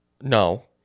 no